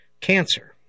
cancer